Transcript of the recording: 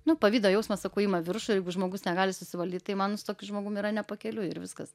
nu pavydo jausmas sakau ima viršų ir jeigu žmogus negali susivaldyt tai man su tokiu žmogum yra ne pakeliui ir viskas